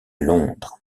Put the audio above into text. londres